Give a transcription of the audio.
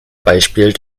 beispiel